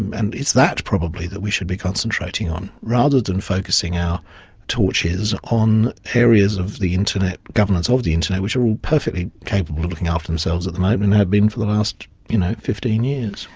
and it's that probably that we should be concentrating on, rather than focusing our torches on areas of the internet, governance of the internet which are all perfectly capable of looking after themselves at the moment and have been for the last you know fifteen years.